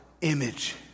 image